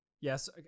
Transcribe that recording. Yes